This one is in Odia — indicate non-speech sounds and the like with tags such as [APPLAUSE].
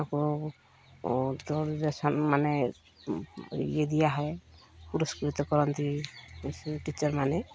ଆପଣ [UNINTELLIGIBLE] ମାନେ ଇଏ ଦିଆ ହୁଏ ପୁରସ୍କୃତ କରନ୍ତି ସେ ଟିଚର୍ ମାନେ